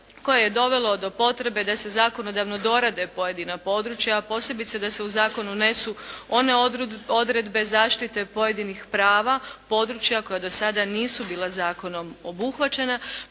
koje je dovelo do potrebe da se zakonodavno dorade pojedina područja, a posebice da se u zakonu unesu one odredbe, zaštite pojedinih prava, područja koja do sada nisu bila zakonom obuhvaćena,